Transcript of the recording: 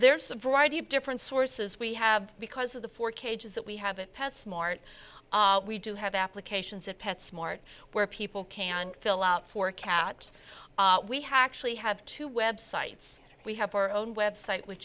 there's a variety of different sources we have because of the four cages that we have a pet smart we do have applications of pet smart where people can fill out for cats we have actually have two websites we have our own website w